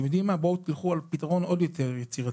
לכו על פתרון עוד יותר יצירתי: